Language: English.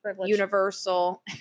universal